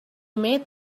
made